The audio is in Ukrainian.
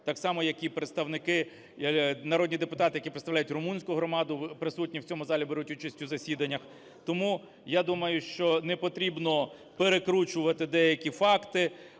представники, народні депутати, які представляють румунську громаду, присутні в цьому залі, беруть участь у засіданнях. Тому, я думаю, що не потрібно перекручувати деякі факти.